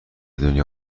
دنیا